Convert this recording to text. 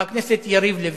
חבר הכנסת יריב לוין,